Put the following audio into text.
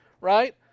right